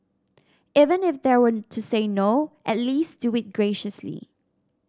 even if they were to say no at least do it graciously